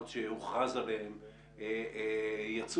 זאת